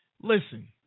Listen